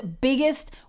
biggest